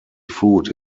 food